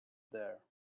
there